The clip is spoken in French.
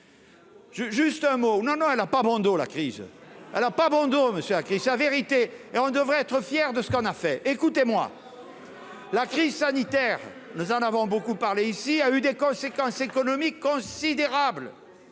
Juste un mot : non, non, elle a pas bon dos, la crise alors pas bon dos monsieur a sa vérité et on devrait être fier de ce qu'on a fait, écoutez-moi la crise sanitaire, nous en avons beaucoup parlé ici a eu des conséquences économiques considérables,